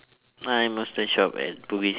I mostly shop at bugis